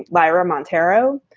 lyra monteiro,